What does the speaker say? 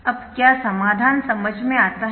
अब क्या समाधान समझ में आता है